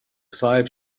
five